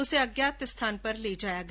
उसे अज्ञात स्थान पर ले जाया गया